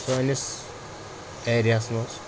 سٲنِس ایریاہَس منٛز